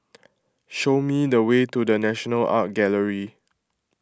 show me the way to the National Art Gallery